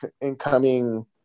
incoming